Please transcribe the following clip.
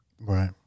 Right